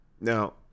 Now